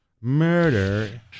murder